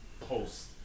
post